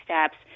steps